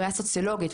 ראייה סוציולוגית,